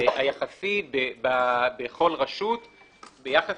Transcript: היחסי בכל רשות ביחס